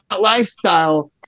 lifestyle